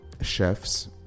chefs